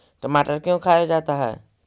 टमाटर क्यों खाया जाता है?